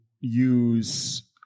use